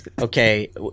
okay